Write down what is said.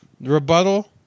Rebuttal